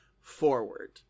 forward